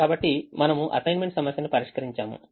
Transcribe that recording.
కాబట్టి మనము అసైన్మెంట్ సమస్యను పరిష్కరించాము